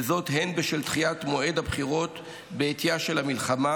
וזאת הן בשל דחיית מועד הבחירות בעטייה של המלחמה